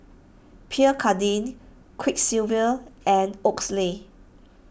Pierre Cardin Quiksilver and Oakley